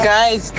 Guys